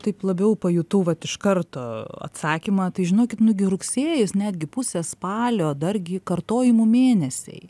taip labiau pajutau vat iš karto atsakymą tai žinokit nu gi rugsėjis netgi pusę spalio dargi kartojimų mėnesiai